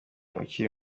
ukiri